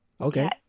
Okay